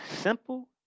simple